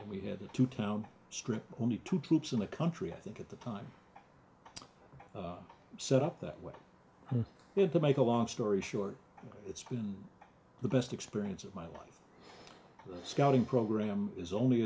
and we had to town strip only two troops in the country i think at the time set up that way to make a long story short it's been the best experience of my life scouting program is only